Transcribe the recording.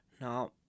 Now